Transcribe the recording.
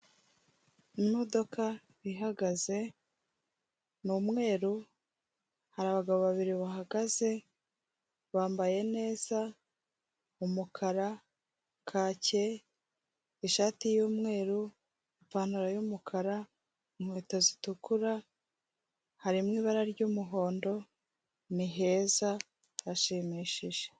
Imodoka ihagaze ni umweru, hari abagabo babiri bahagaze bambaye neza umukara, kake, ishati y'umweru, ipantaro y'umukara, inkweto zitukura, harimo ibara ry'umuhondo, ni heza, harashimishije.